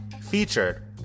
featured